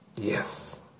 Yes